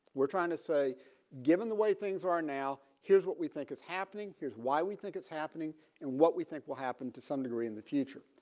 we're trying to say given the way things are now here's what we think is happening. here's why we think it's happening and what we think will happen to some degree in the future.